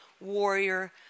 warrior